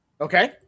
Okay